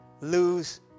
lose